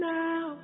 now